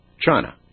China